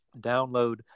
download